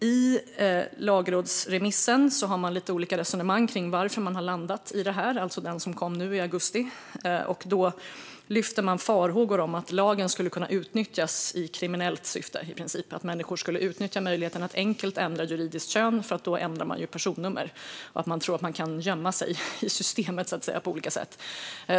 I den lagrådsremiss som kom i augusti förs lite olika resonemang om varför det landade där. Det lyfts fram farhågor om att lagen skulle kunna utnyttjas i kriminellt syfte, i princip att människor skulle kunna utnyttja möjligheten att enkelt ändra juridiskt kön därför att de då ändrar personnummer och tror att de kan gömma sig i systemet på olika sätt.